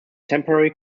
temporary